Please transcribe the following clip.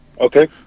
Okay